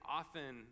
often